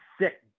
sick